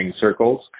circles